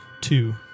Two